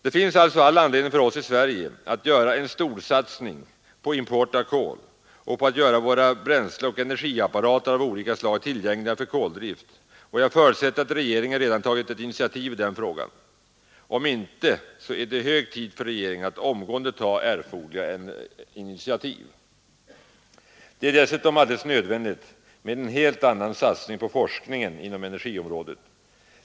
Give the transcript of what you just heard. Det finns alltså all anledning för oss i Sverige att göra en stor satsning på import av kol och på att göra våra bränsleoch energiapparater av olika slag tillgängliga för koldrift, och jag förutsätter att regeringen redan tagit ett initiativ i denna fråga. Om inte är det hög tid för regeringen att omgående ta erforderliga initiativ. Det är dessutom alldeles nödvändigt med en satsning på forskningen inom energiområdet.